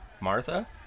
Martha